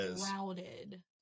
crowded